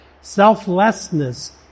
selflessness